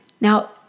Now